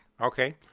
Okay